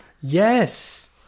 yes